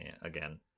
again